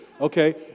okay